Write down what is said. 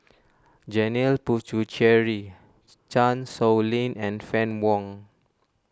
Janil Puthucheary Chan Sow Lin and Fann Wong